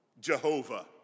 Jehovah